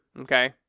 okay